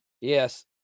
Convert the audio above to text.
Yes